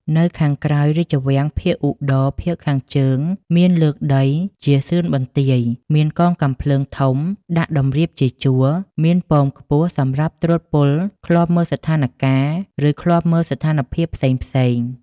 នៅខាងក្រោយរាជវាំងភាគឧត្ដរ (ភាគខាងជើង) មានលើកដីជាសឺនបន្ទាយ មានកងកាំភ្លើងធំដាក់ដំរៀបជាជួរ មានប៉មខ្ពស់សម្រាប់ត្រួតពលឃ្លាំមើលស្ថានកាល ឬ ឃ្លាំមើលស្ថានភាពផ្សេងៗ ។